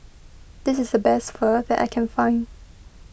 this is the best Pho that I can find